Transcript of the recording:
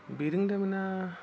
बिरोंदामिना